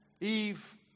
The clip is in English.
Eve